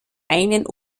einen